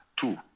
two